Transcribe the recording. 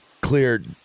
cleared